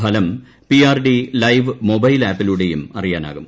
ഫലം P RD live mobile ആപ്പിലൂടെയും അറിയാനാകും